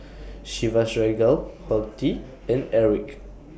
Chivas Regal Horti and Airwick